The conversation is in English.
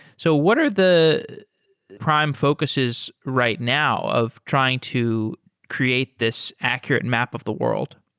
so what are the prime focuses right now of trying to create this accurate map of the world?